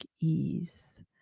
Ease